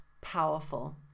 powerful